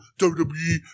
WWE